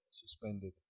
suspended